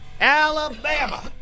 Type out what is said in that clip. Alabama